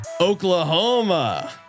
Oklahoma